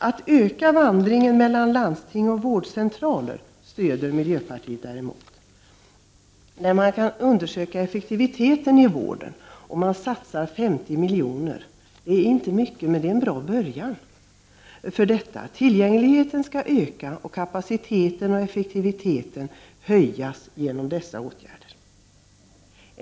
Att öka vandringen mellan landsting och vårdcentraler stöder miljöpartiet däremot, när man kan undersöka effektiviteten i vården, och satsar 50 milj.kr. till detta. Det är inte mycket, men det är en bra början. Tillgängligheten skall ökas och kapaciteten och effektiviteten höjas genom dessa åtgärder.